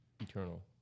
Eternal